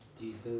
Jesus